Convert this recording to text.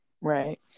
Right